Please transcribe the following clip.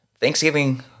Thanksgiving